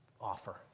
offer